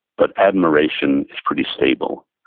but admiration is pretty stable.